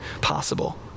possible